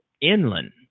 inland